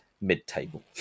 mid-table